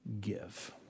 Give